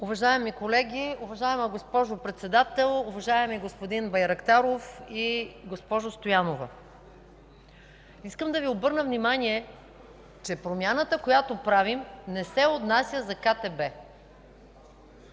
Уважаеми колеги, уважаема госпожо Председател, уважаеми господин Байрактаров и госпожо Стоянова! Искам да Ви обърна внимание, че промяната, която правим, не се отнася за КТБ.